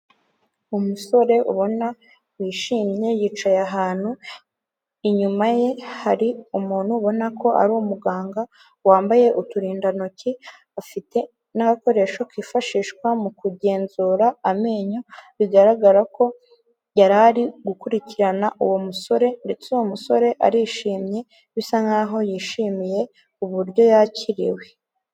Umusore ubona wishimye yicaye ahantu, inyuma ye hari umuntu ubona ko ari umuganga wambaye uturindantoki afite n'agakoresho kifashishwa mu kugenzura amenyo bigaragara ko yarari gukurikirana uwo musore ndetse uwo musore arishimye bisa nk'aho yishimiye uburyo yakiriwe.